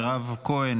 מירב כהן,